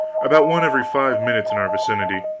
about one every five minutes in our vicinity,